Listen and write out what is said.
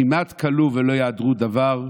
כמעט כילו ולא יעדרו דבר.